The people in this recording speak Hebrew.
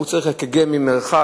הוא צריך אק"ג ממרחק,